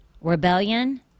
rebellion